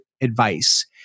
advice